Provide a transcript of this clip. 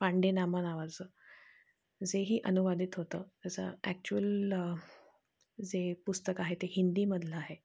पांडे नामा नावाचं जेही अनुवादित होतं त्याचा ॲक्चुअल जे पुस्तक आहे ते हिंदीमधलं आहे